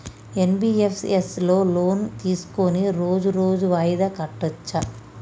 NBFS లో loan తీస్కొని రోజు రోజు వాయిదా కట్టచ్ఛా?